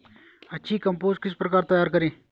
अच्छी कम्पोस्ट किस प्रकार तैयार करें?